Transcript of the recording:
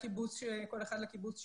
כל אחד לקיבוץ שלו,